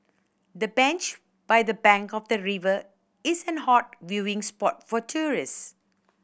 the bench by the bank of the river is an hot viewing spot for tourist